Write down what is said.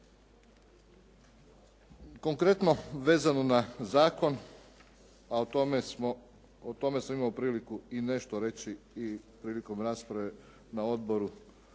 Konkretno vezano na zakon, a o tome smo, o tome sam imao priliku i nešto reći i prilikom rasprave na Odboru